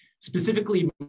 Specifically